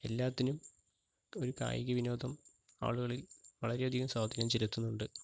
എല്ലാത്തിനും ഒരു കായിക വിനോദം ആളുകളിൽ വളരെ അധികം സ്വാധീനം ചെലുത്തുന്നുണ്ട്